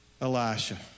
Elisha